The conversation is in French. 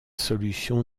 solution